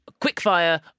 quickfire